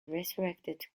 resurrected